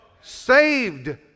Saved